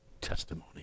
testimony